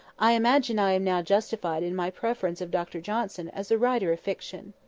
i imagine i am now justified in my preference of dr johnson as a writer of fiction.